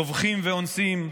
טובחים ואונסים,